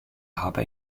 habe